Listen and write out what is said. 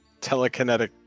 Telekinetic